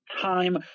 time